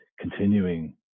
continuing